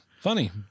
Funny